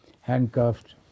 handcuffed